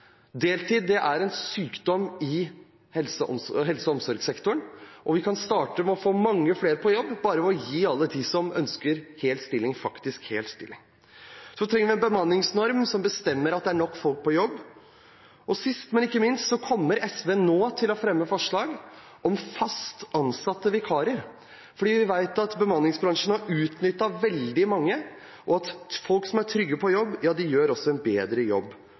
er en sykdom i helse- og omsorgssektoren, og vi kan starte med å få mange flere på jobb bare ved å gi alle som ønsker det, hel stilling. Så trenger vi en bemanningsnorm som bestemmer at det er nok folk på jobb. Og sist, men ikke minst kommer SV nå til å fremme forslag om fast ansatte vikarer. Vi vet at bemanningsbransjen har utnyttet veldig mange, og at folk som er trygge på jobb, gjør en bedre jobb